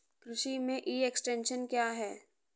कृषि में e extension क्या है?